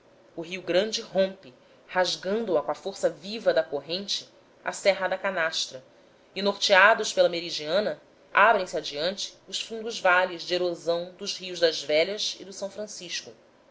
o rio grande rompe rasgando a com a força viva da corrente a serra da canastra e norteados pela meridiana abrem-se adiante os fundos vales de erosão do rio das velhas e do s francisco